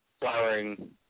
flowering